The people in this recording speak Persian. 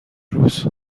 روز